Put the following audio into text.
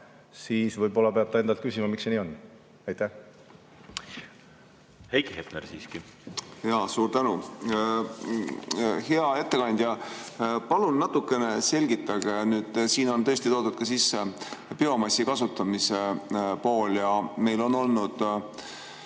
siis võib‑olla peab ta endalt küsima, miks see nii on. Heiki Hepner siiski. Suur tänu! Hea ettekandja! Palun natukene selgitage nüüd. Siin on tõesti toodud ka sisse biomassi kasutamise pool ja meil on selle